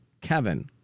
Kevin